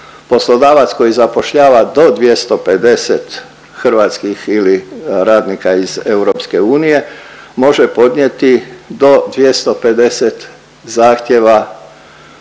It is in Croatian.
Poslodavac koji zapošljava do 250 hrvatskih ili radnika iz EU može podnijeti do 250 zahtjeva